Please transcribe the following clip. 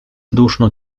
duszno